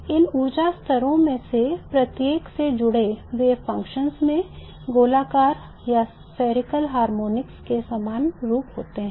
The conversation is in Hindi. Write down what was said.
इन ऊर्जा स्तरों में से प्रत्येक से जुड़े wave functions में गोलाकार हार्मोनिक्स के समान रूप होता है